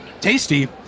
Tasty